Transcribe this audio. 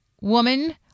woman